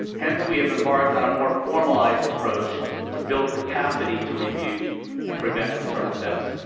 hence, we have embarked on a more formalized approach to build capacity to review and prevent maternal deaths.